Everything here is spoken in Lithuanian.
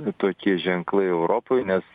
tokie ženklai europoj nes